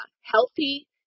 Healthy